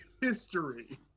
history